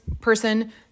person